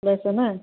লৈছে নাই